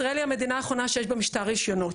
ישראל היא המדינה האחרונה שיש בה משטר רשיונות.